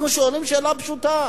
אנחנו שואלים שאלה פשוטה.